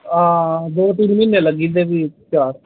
हां दो तिन्न म्हीने लग्गी जंदे फ्ही चार